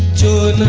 to